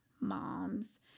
moms